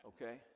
Okay